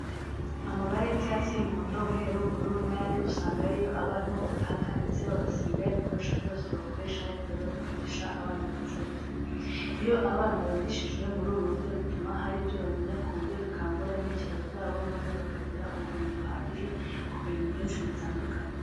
Amabara y'icyatsi, umuhondo, umweru, ubururu n'ayandi usanga ari yo abarimu bataka ndetse bagasiga ibikoresho byose bakoresha igihe bari kwigisha abana b'incuke. Iyo abana bigishijwe muri ubu buryo bituma hari ibyo bamenya ku buryo bikangura intekerezo zabo maze bakagira ubumenyi buhagije ku bintu byinshi bitandukanye.